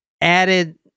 added